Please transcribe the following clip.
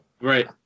Right